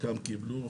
חלקם קיבלו,